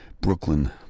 Brooklyn